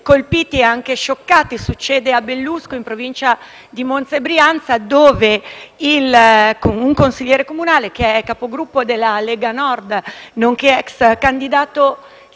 colpiti, e anche scioccati, accaduto a Bellusco in provincia di Monza e Brianza dove un consigliere comunale, che è capogruppo della Lega Nord nonché *ex* candidato